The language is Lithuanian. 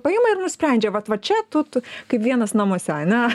paima ir nusprendžia vat va čia tu tu kaip vienas namuose ane